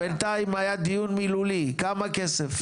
בינתיים היה דיון מילולי, כמה כסף?